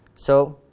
so